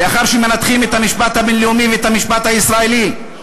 לאחר שמנתחים את המשפט הבין-לאומי ואת המשפט הישראלי,